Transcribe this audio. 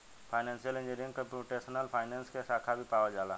financial engineering computational finance के साखा भी पावल जाला